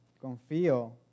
confío